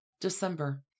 December